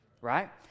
right